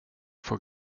får